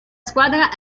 squadra